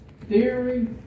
theory